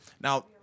Now